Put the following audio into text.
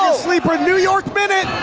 ah sleeper new york minute,